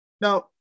Now